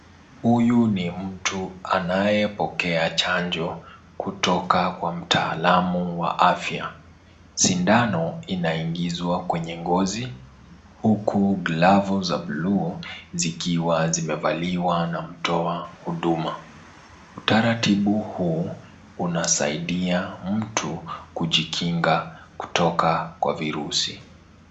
Huyu ni mtu anayepokea chanjo kutoka kwa mtaalamu wa afya. Sindano inaingizwa kwenye ngozi huku glavu za blue zikiwa zimevaliwa na mtoa huduma. Utaratibu huu unasaidia mtu kujikinga kutoka kwa virusi.